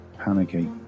panicky